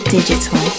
Digital